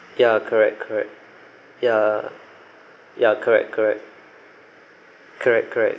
ya correct correct ya ya correct correct correct correct